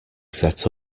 set